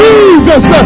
Jesus